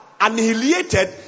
annihilated